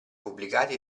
pubblicati